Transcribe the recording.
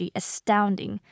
astounding